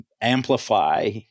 amplify